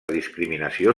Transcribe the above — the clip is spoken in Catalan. discriminació